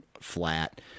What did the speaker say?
flat